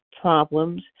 problems